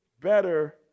better